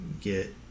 get